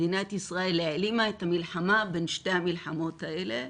מדינת ישראל העלימה את המלחמה בין שתי המלחמות האלה,